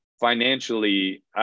financially